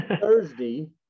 Thursday